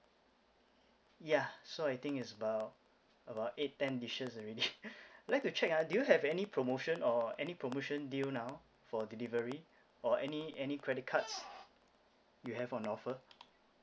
yeah so I think it's about about eight ten dishes already like to check ah do you have any promotion or any promotion due now for delivery or any any credit cards you have on offer